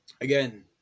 Again